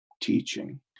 teaching